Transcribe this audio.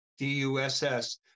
DUSS